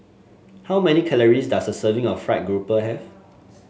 how many calories does a serving of fried grouper have